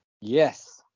Yes